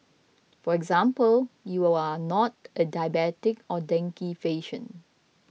for example you are not a diabetic or dengue patient